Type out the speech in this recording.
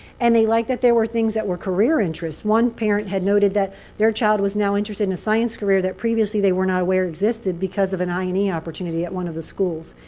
and they liked that there were things that were career interests. one parent had noted that their child was now interested in a science career that previously they were not aware existed because of an i and e opportunity at one of the schools.